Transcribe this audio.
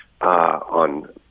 on